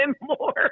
more